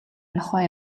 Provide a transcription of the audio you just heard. нохой